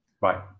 Right